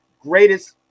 Greatest